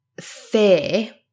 fear